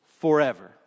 forever